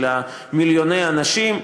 של מיליוני אנשים.